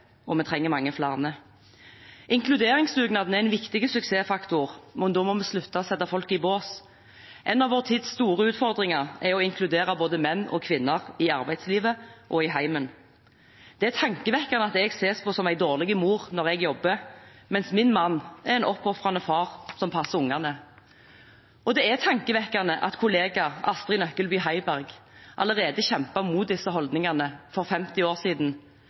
og vi trenger mange flere. Inkluderingsdugnaden er en viktig suksessfaktor, men da må vi slutte å sette folk i bås. En av vår tids store utfordringer er å inkludere både menn og kvinner i arbeidslivet og i heimen. Det er tankevekkende at jeg ses på som en dårlig mor når jeg jobber, mens min mann er en oppofrende far som passer ungene. Det er tankevekkende at kollega Astrid Nøklebye Heiberg kjempet mot disse holdningene allerede for 50 år siden.